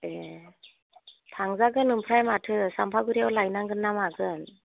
ए थांजागोन ओमफ्राय माथो सामफागुरियावलाय लायनांगोन ना मागोन